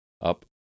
up